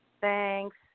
Thanks